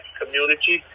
community